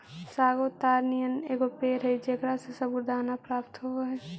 sago ताड़ नियन एगो पेड़ हई जेकरा से सबूरदाना प्राप्त होब हई